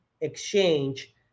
exchange